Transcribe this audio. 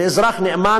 ואזרח נאמן,